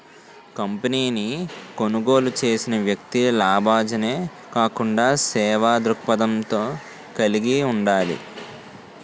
కంపెనీని కొనుగోలు చేసిన వ్యక్తి లాభాజనే కాకుండా సేవా దృక్పథం కలిగి ఉండాలి